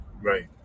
Right